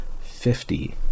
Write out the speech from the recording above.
fifty